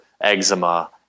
eczema